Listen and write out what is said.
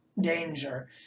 danger